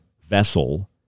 vessel